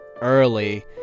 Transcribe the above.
early